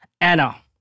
Anna